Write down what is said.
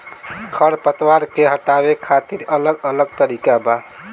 खर पतवार के हटावे खातिर अलग अलग तरीका बा